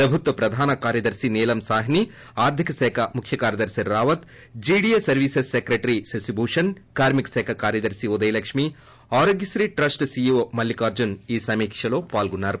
ప్రభుత్వ ప్రధాన కార్యదర్తి నీలం సాహ్స్ ఆర్థికశాఖ ముఖ్య కార్యదర్ని Rawat GAD services secretary Shashibhushan కార్మిక శాఖ కార్యదర్శి ఉదయలక్ష్మి ఆరోగ్యతీ ట్రస్ట్ సీఈఓ మల్లికార్లున్ ఈ సమీక్షలో పాల్గొన్నారు